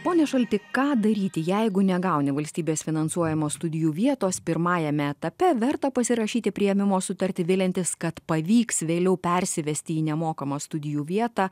pone šaltį ką daryti jeigu negauni valstybės finansuojamos studijų vietos pirmajame etape verta pasirašyti priėmimo sutartį viliantis kad pavyks vėliau persivesti į nemokamą studijų vietą